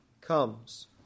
comes